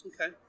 Okay